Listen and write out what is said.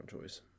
choice